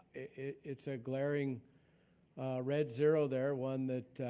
it's a glaring red zero there, one that